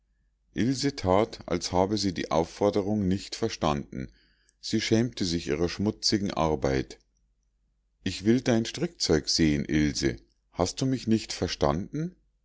that als habe sie die aufforderung nicht verstanden sie schämte sich ihrer schmutzigen arbeit ich will dein strickzeug sehen ilse hast du mich nicht verstanden